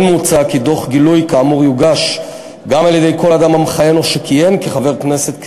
כן מוצע כי דוח גילוי כאמור יגיש גם כל אדם המכהן או שכיהן כחבר הכנסת,